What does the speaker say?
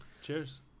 Cheers